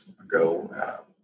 ago